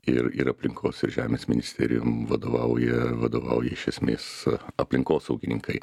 ir ir aplinkos ir žemės ministerijom vadovauja vadovauja iš esmės aplinkosaugininkai